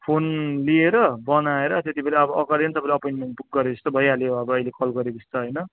phone लिएर बनाएर त्यति बेलै अब अगाडि नै तपाईँले अपोइन्टमेन बुक गरेजस्तो भइहाल्यो अब अहिले कल गरेपछि त होइन